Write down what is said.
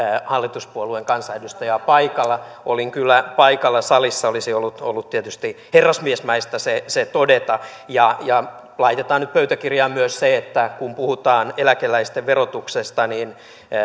hallituspuolueen kansanedustajaa paikalla olin kyllä paikalla salissa olisi ollut ollut tietysti herrasmiesmäistä se se todeta ja ja laitetaan nyt pöytäkirjaan myös se että kun puhutaan eläkeläisten verotuksesta niin